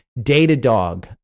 Datadog